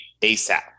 ASAP